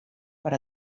per